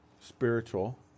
spiritual